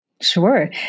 Sure